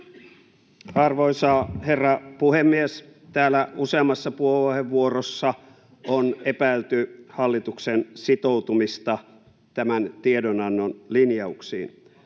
Arvoisa herra puhemies! Täällä useammassa puheenvuorossa on epäilty hallituksen sitoutumista tämän tiedonannon linjauksiin.